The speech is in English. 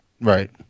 right